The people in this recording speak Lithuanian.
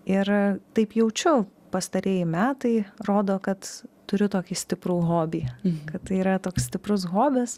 ir taip jaučiau pastarieji metai rodo kad turiu tokį stiprų hobį kad tai yra toks stiprus hobis